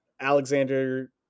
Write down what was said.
alexander